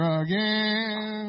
again